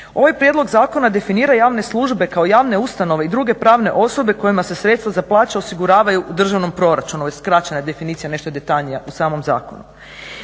Ovaj prijedlog zakona definira javne službe kao javne ustanove i druge pravne osobe kojima se sredstva za plaće osiguravaju u državnom proračunu, ovo je skraćena definicija, nešto je detaljnija u samom zakonu.